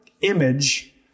image